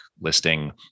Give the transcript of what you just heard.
listing